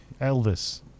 Elvis